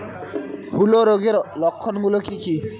হূলো রোগের লক্ষণ গুলো কি কি?